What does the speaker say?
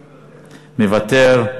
מוותר.